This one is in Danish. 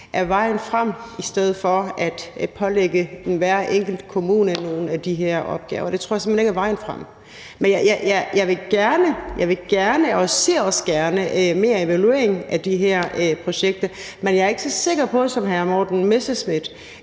er vejen frem i stedet for at pålægge hver enkelt kommune nogle af de her opgaver. Det tror jeg simpelt hen ikke er vejen frem. Jeg vil gerne have og jeg ser også gerne mere evaluering af de her projekter, men jeg er ikke så sikker på som hr. Morten Messerschmidt,